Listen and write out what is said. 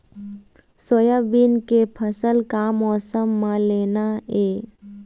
Soybean के फसल का मौसम म लेना ये?